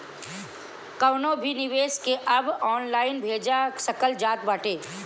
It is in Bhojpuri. कवनो भी निवेश के अब ऑनलाइन भजा सकल जात बाटे